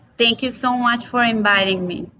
thank you so much from inviting me.